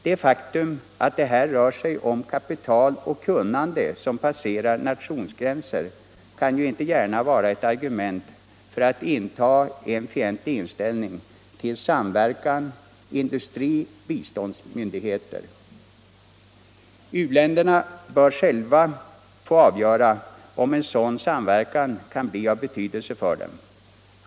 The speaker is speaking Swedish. Det faktum att det här rör sig om kapital och kunnande som passerar nationsgränser kan ju inte gärna vara ett argument för att inta en fientlig inställning till samverkan industri-biståndsmyndigheter. U-länderna bör själva få avgöra om sådan samverkan kan bli av betydelse för dem.